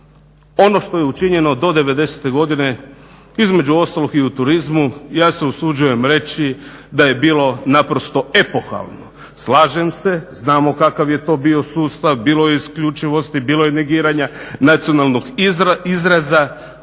Ono što je učinjeno do 90-te godine između ostalog i u turizmu ja se usuđujem reći da je bilo naprosto epohalno. Slažem se, znamo kakav je to bio sustav. Bilo je isključivosti, bilo je negiranja, nacionalnog izraza